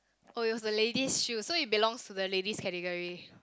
oh it was a lady's shoe so it belongs to the ladies category